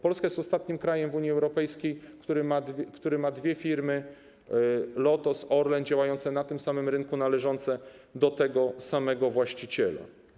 Polska jest ostatnim krajem w Unii Europejskiej, który ma dwie firmy: Lotos, Orlen, działające na tym samym rynku, należące do tego samego właściciela.